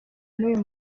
n’uyu